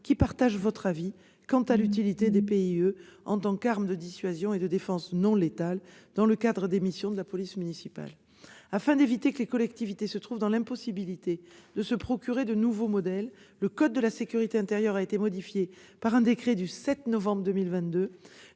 qui partage votre avis quant à l'utilité des PIE en tant qu'arme de dissuasion et de défense non létale dans le cadre des missions de la police municipale. Afin d'éviter que les collectivités ne se trouvent dans l'impossibilité de se procurer de nouveaux modèles, le code de la sécurité intérieure a été modifié par un décret du 7 novembre 2022.